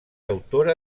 autora